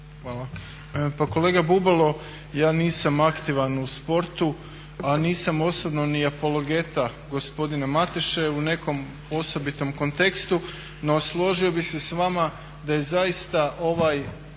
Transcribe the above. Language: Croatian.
Pa kolega Bubalo, ja nisam aktivan u sportu, a nisam osobno ni apologeta gospodina Mateše u nekom osobitom kontekstu. No, složio bih se s vama da je zaista ovaj